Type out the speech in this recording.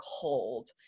cold